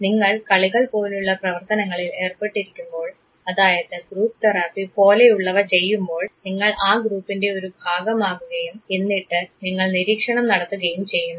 നിങ്ങൾ കളികൾ പോലുള്ള പ്രവർത്തനങ്ങളിൽ ഏർപ്പെട്ടിരിക്കുമ്പോൾ അതായത് ഗ്രൂപ്പ് തെറാപ്പി പോലെയുള്ളവ ചെയ്യുമ്പോൾ നിങ്ങൾ ആ ഗ്രൂപ്പിൻറെ ഒരു ഭാഗമാകുകയും എന്നിട്ട് നിങ്ങൾ നിരീക്ഷണം നടത്തുകയും ചെയ്യുന്നു